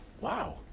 Wow